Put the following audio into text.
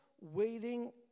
waiting